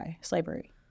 slavery